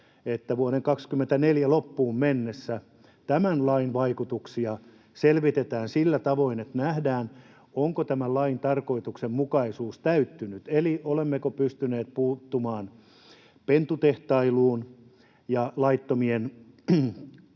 että vuoden 24 loppuun mennessä tämän lain vaikutuksia selvitetään sillä tavoin, että nähdään, onko tämän lain tarkoituksenmukaisuus täyttynyt, eli olemmeko pystyneet puuttumaan pentutehtailuun ja laittomien